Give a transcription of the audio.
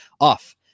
off